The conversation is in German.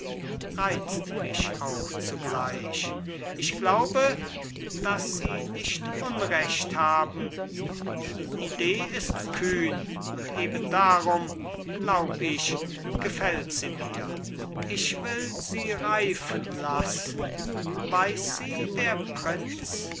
reizt mich auch zugleich ich glaube daß sie nicht unrecht haben die idee ist kühn und eben darum glaub ich gefällt sie mir ich will sie reifen lassen weiß sie der prinz